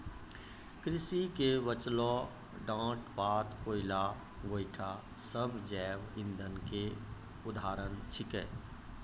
कृषि के बचलो डांट पात, कोयला, गोयठा सब जैव इंधन के उदाहरण छेकै